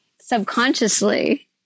subconsciously